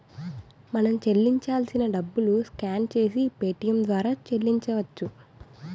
మనం చెల్లించాల్సిన డబ్బులు స్కాన్ చేసి పేటియం ద్వారా చెల్లించవచ్చు